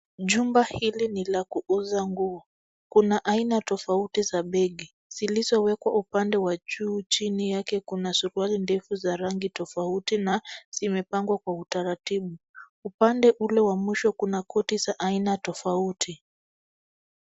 Jumba hili ni la kuuza nguo, kuna aina tofauti za begi, zilizowekwa upande wa juu, chini yake kuna suruali ndefu za rangi tofauti na zimepangwa kwa utaratibu. Upande ule wa mwisho kuna koti za aina tofauti.